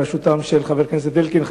בראשותם של חבר הכנסת אלקין,